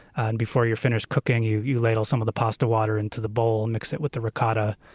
and before you're finished cooking, you you ladle some of the pasta water into the bowl and mix it with the ricotta,